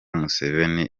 museveni